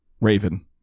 Raven